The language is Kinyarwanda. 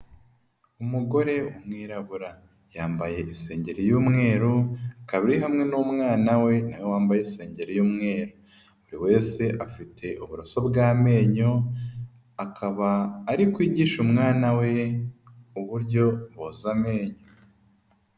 Umugore w'umwirabura yambaye isengeri y'umweru akaba ari hamwe n'umwana we wambaye isengeri y'umweru, buri wese afite uburoso bw'amenyo, akaba ari kwigisha umwana we uburyo boza amenyo.